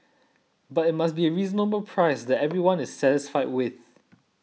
but it must be a reasonable price that everyone is satisfied with